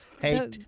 hey